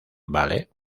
vale